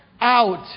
out